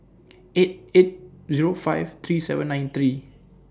eight eight Zero five three seven nine three